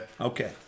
Okay